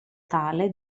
tale